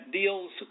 deals